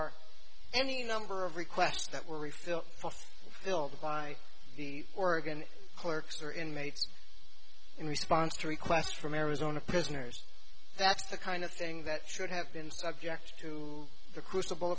are any number of requests that were refill filled by the oregon clerks or inmates in response to requests from arizona prisoners that's the kind of thing that should have been subject to the crucible